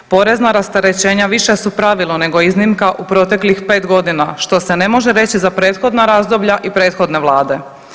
Porezna rasterećenja više su pravilo nego iznimka u proteklih 5 godina, što se ne može reći za prethodna razdoblja i prethodne Vlade.